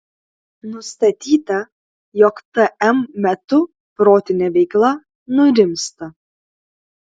nustatyta jog tm metu protinė veikla nurimsta